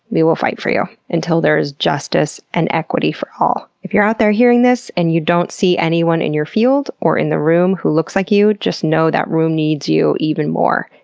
we will fight for you until there is justice and equity for all. if you're out there hearing this and you don't see anyone in your field or in the room who looks like you, just know that room needs you even more,